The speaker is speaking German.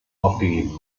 aufgegeben